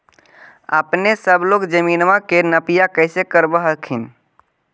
अपने सब लोग जमीनमा के नपीया कैसे करब हखिन?